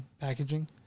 packaging